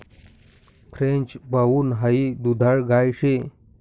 French brown high दुधाळ गाय शे